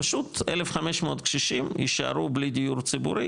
פשוט 1,500 קשישים יישארו בלי דיור ציבורי